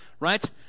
Right